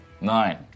nine